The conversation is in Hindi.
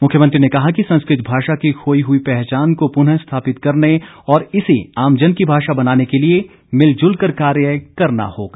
मुख्यमंत्री ने कहा कि संस्कृत भाषा की खोई हई पहचान को पुनः स्थापित करने और इसे आमजन की भाषा बनाने के लिए मिलजुल कर कार्य करना होगा